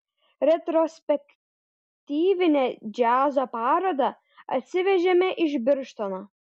retrospektyvinę džiazo parodą atsivežėme iš birštono